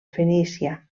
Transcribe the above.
fenícia